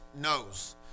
knows